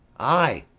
ay,